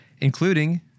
including